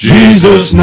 Jesus